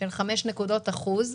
של 5 נקודות אחוז,